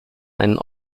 einen